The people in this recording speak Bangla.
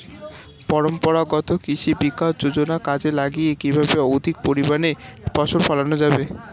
পরম্পরাগত কৃষি বিকাশ যোজনা কাজে লাগিয়ে কিভাবে অধিক পরিমাণে ফসল ফলানো যাবে?